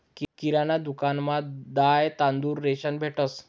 किराणा दुकानमा दाय, तांदूय, रेशन भेटंस